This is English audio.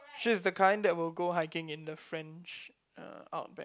she's the kind that will go hiking in the French uh Outback